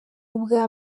ubwa